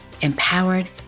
empowered